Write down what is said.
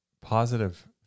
positive